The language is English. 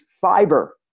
fiber